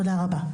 תודה רבה.